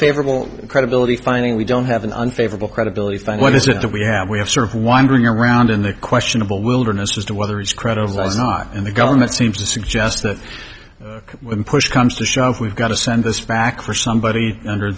favorable credibility finding we don't have an unfavorable credibility by what is it that we have we have sort of wandering around in the questionable wilderness just to whether it's credible is not in the government seems to suggest that when push comes to shove we've got to send this back for somebody under